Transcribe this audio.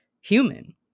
human